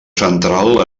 central